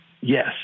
yes